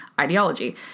ideology